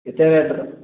କେତେବେଳେ ଯାଇଥିଲ